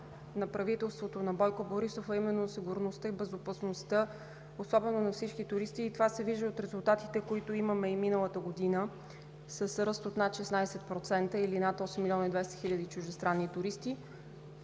на правителството на Бойко Борисов е именно сигурността и безопасността, особено на всички туристи. Това се вижда от резултатите, които имаме миналата година, с ръст от над 16% или това са над 8 млн. 200 хил. чуждестранни туристи.